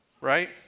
right